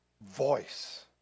voice